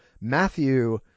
matthew